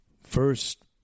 first